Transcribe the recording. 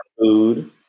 food